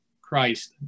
Christ